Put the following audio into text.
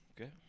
okay